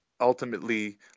ultimately